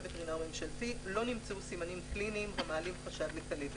וטרינר ממשלתי לא נמצאו סימנים קליניים המעלים חשד לכלבת.